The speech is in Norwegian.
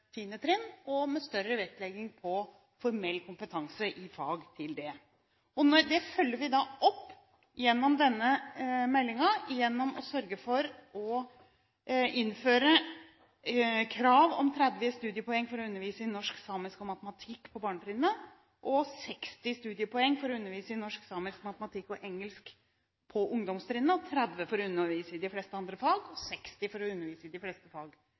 trinn, og med større vektlegging på formell kompetanse i fag til det. Det følger vi opp gjennom denne meldingen, gjennom å sørge for å innføre krav om 30 studiepoeng for å undervise i norsk, samisk og matematikk på barnetrinnet, 60 studiepoeng for å undervise i norsk, samisk, matematikk og engelsk på ungdomstrinnet, 30 studiepoeng for å undervise i de fleste andre fag og 60 studiepoeng for å undervise i de fleste fag